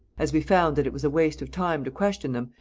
as we found that it was a waste of time to question them,